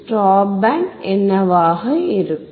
stop band என்னவாக இருக்கும்